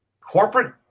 corporate